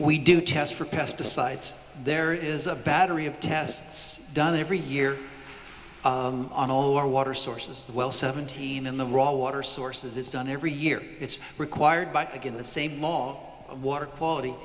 we do test for pesticides there is a battery of tests done every year on all our water sources as well seventeen in the raw water sources it's done every year it's required but again the same law of water quality